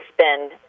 spend